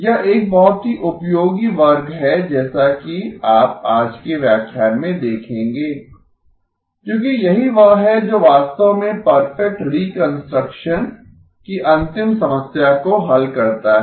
यह एक बहुत ही उपयोगी वर्ग है जैसा कि आप आज के व्याख्यान में देखेंगे क्योंकि यही वह है जो वास्तव में परफेक्ट रिकंस्ट्रक्शन की अंतिम समस्या को हल करता है